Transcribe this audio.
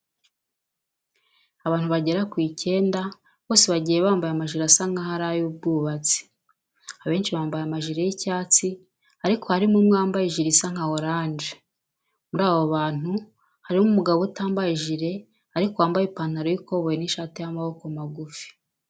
Abantu bagera ku icyenda bose bagiye bambaye amajire asa nkaho ari ay'ubwubatsi. Abenshi bambaye amajire y'icyatsi ariko harimo umwe wambaye ijire isa nka oranje. Muri abo bantu harimo umugabo utambaye ijire ariko wambaye ipantaro y'ikoboyi n'ishati y'amaboko magufi.